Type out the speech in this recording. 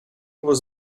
was